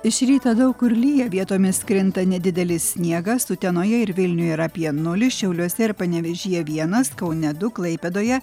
iš ryto daug kur lyja vietomis krinta nedidelis sniegas utenoje ir vilniuje yra apie nulį šiauliuose ir panevėžyje vienas kaune du klaipėdoje